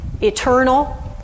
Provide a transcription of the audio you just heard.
eternal